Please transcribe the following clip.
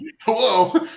hello